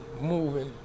moving